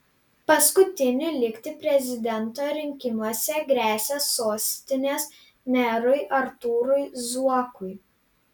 paskutiniu likti prezidento rinkimuose gresia sostinės merui artūrui zuokui